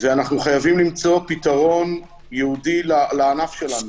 אנחנו חייבים למצוא פתרון ייעודי לענף שלנו.